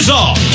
off